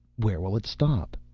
where will it stop?